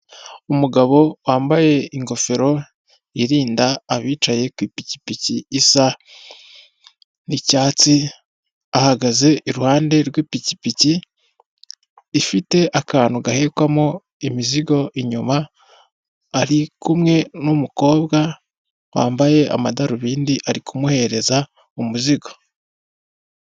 Umugabo wambaye ingofero irinda abicaye ku ipikipiki isa n'icyatsi, ahagaze iruhande rw'ipikipiki ifite akantu gahekwamo imizigo inyuma, ari kumwe n'umukobwa wambaye amadarubindi ari kumuhereza umuzigo.